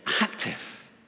active